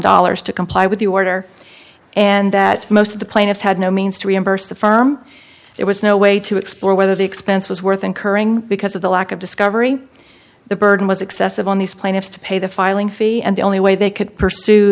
dollars to comply with the order and that most of the plaintiffs had no means to reimburse the firm there was no way to explore whether the expense was worth incurring because of the lack of discovery the burden was excessive on these plaintiffs to pay the filing fee and the only way they could pursue